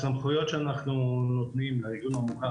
הסמכויות שאנחנו נותנים לארגון המוכר